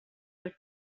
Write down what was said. per